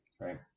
right